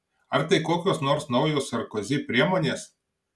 ar tai kokios nors naujos sarkozi priemonės